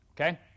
Okay